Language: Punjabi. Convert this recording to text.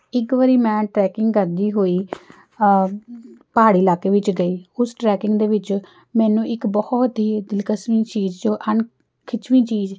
ਇੱਕ ਵਾਰੀ ਮੈਂ ਟਰੈਕਿੰਗ ਕਰਦੀ ਹੋਈ ਪਹਾੜੀ ਇਲਾਕੇ ਵਿੱਚ ਗਈ ਉਸ ਟਰੈਕਿੰਗ ਦੇ ਵਿੱਚ ਮੈਨੂੰ ਇੱਕ ਬਹੁਤ ਹੀ ਦਿਲਕਸ਼ਮੀ ਚੀਜ਼ ਜੋ ਅਣਖਿੱਚਵੀ ਚੀਜ਼